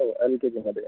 हो एल के जीमध्ये